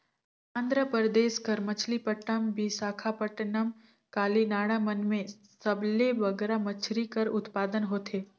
आंध्र परदेस कर मछलीपट्टनम, बिसाखापट्टनम, काकीनाडा मन में सबले बगरा मछरी कर उत्पादन होथे